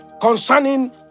concerning